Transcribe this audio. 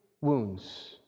wounds